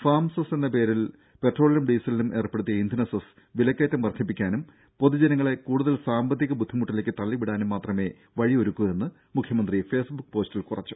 farm cess എന്ന പേരിൽ പെട്രോളിനും ഡീസലിനും ഏർപ്പെടുത്തിയ ഇന്ധന സെസ് വിലക്കയറ്റം വർദ്ധിപ്പിക്കാനും പൊതുജനങ്ങളെ കൂടുതൽ സാമ്പത്തിക ബുദ്ധിമുട്ടിലേക്ക് തള്ളിവിടാനും മാത്രമേ കേന്ദ്രബജറ്റ് വഴിയൊരുക്കൂവെന്ന് മുഖ്യമന്ത്രി ഫേസ്ബുക്ക് പോസ്റ്റിൽ കുറിച്ചു